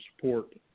support